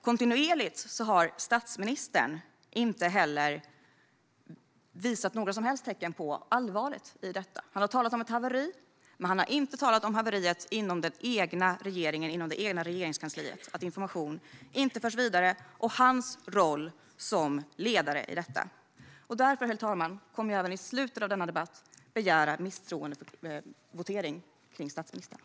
Kontinuerligt har dock statsministern inte visat några som helst tecken på allvaret i detta. Han har talat om ett haveri, men han har inte talat om haveriet inom den egna regeringen och Regeringskansliet, det vill säga att information inte förs vidare och hans egen roll som ledare i detta. Herr talman! Därför kommer jag i slutet av denna debatt att begära misstroendevotering om statsministern.